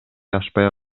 ашпай